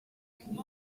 biteguye